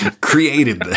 created